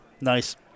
Nice